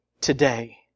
today